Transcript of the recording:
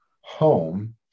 home